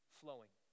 flowing